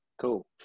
Cool